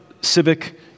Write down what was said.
civic